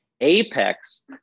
apex